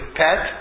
pet